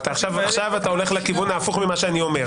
עכשיו אתה הולך לכיוון ההפוך ממה שאני אומר.